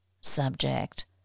subject